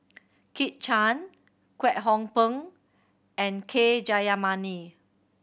Kit Chan Kwek Hong Png and K Jayamani